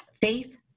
faith